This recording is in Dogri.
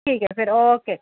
ठीक ऐ फिर ओके